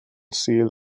sul